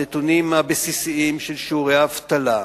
הנתונים הבסיסיים של שיעורי האבטלה,